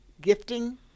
gifting